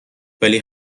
ولی